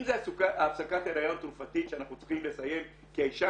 אם זו הפסקת הריון תרופתית שאנחנו צריכים לסיים כי האישה